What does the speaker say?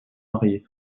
marier